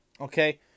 okay